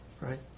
Right